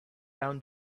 down